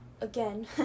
again